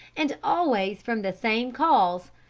and always from the same cause,